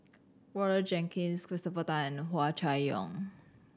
Roger Jenkins Christopher Tan and Hua Chai Yong